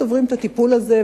עוברים את הטיפול הזה,